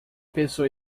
pessoa